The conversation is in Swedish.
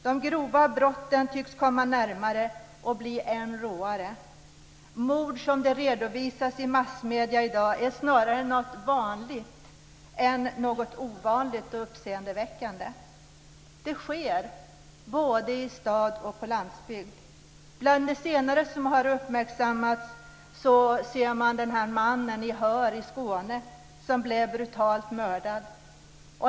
De grova brotten tycks komma närmare och bli än råare. Mord som redovisas i massmedierna i dag är snarare något vanligt än något ovanligt och uppseendeväckande. Det sker både i stad och på landsbygd. Bland de senare som har uppmärksammats finns mannen i Höör i Skåne som blev brutalt mördad.